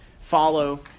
follow